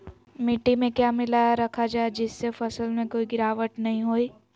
मिट्टी में क्या मिलाया रखा जाए जिससे फसल में कोई गिरावट नहीं होई?